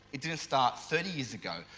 it didn't start thirty years ago.